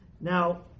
Now